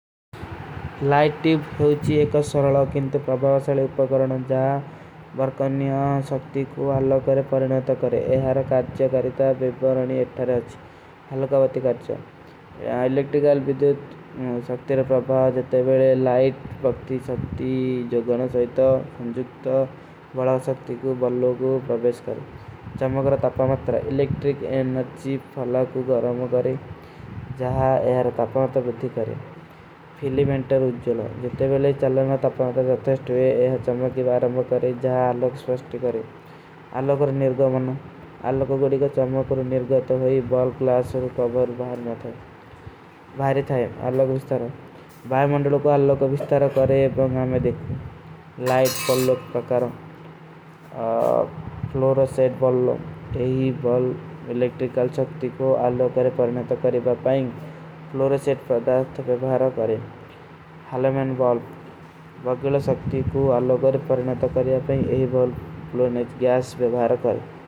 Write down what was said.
ଲାଇଟୀ ଭୂଚୀ ଏକା ସ୍ଵରଲା କିନ୍ଟେ ପ୍ରଭାଵସାଲେ ଉପ୍ପା କରଣା ଜାଏ ବର୍କନ୍ଯା ସକ୍ତି କୁ ଅଲଗ କରେ ପରିଣାତ କରେ। ଏହାର କାର୍ଚ୍ଯା କରୀତା ବେବର ଅନି ଏଠାରେ ହୋଚୀ ଅଲଗ କା ବତୀ କାର୍ଚ୍ଯା ଏହାର ଇଲେକ୍ଟିକାଲ ବିଦୁତ ସକ୍ତିର ପ୍ରଭାଵସାଲେ। ତେ ଵେଲେ ଲାଇଟ ପକ୍ତି ସକ୍ତି ଜୋ ଗଣଶ ହୋଈତା ଫଂଜୁକତା ବଢାଵସକ୍ତି କୁ ବଲ୍ଲୋଗ କୁ ପରବେଶ କରେ ଚମକର ତପମାତର ଏଲେକ୍ଟ୍ରିକ। ଏନରଚୀ ଫଲା କୁ ଗରମ କରେ ଜାହା ଏହାର ତପମାତର ବିଦ୍ଧୀ କରେ ଫିଲିମେଂଟର ଉଜ୍ଞଲୋ ଜୋ ତେ ଵେଲେ ଚଲନା ତପମାତର ତପମାତର ଚମକର। କରେ ଜାହା ଅଲୋଗ ସ୍ଵସ୍ଟି କରେ ଅଲୋଗ କର ନିର୍ଗମନ ଅଲୋଗ କୁଡୀ କୋ ଚମକର ନିର୍ଗମନ ହୋଈ। ବଲ୍ଲୋଗ ବିଦ୍ଧୀ କୁ ପରବେଶ କରେ ଅଲୋଗ ବିଦ୍ଧୀ କୁ ପରବେଶ କରେ ଅଲୋଗ ବିଦ୍ଧୀ କୁ ପରବେଶ କରେ।